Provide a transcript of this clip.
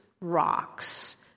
rocks